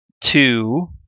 two